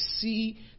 see